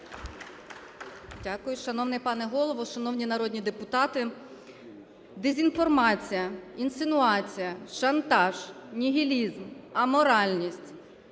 Дякую. Шановний пане Голово, шановні народні депутати! Дезінформація, інсинуація, шантаж, нігілізм, аморальність,